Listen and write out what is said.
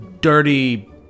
dirty